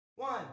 One